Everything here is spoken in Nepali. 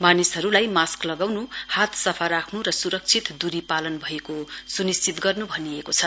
मानिसहरुलाई मास्क लगाउन् हात सफा राख्नु र सुरक्षित दूरी पालन भएको सुनिश्चित गर्नु भनिएको छ